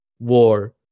War